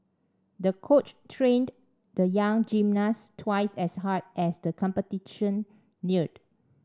the coach trained the young gymnast twice as hard as the competition neared